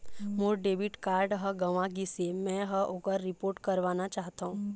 मोर debit card ह गंवा गिसे, मै ह ओकर रिपोर्ट करवाना चाहथों